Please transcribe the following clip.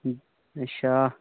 अच्छा